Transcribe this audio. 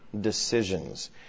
decisions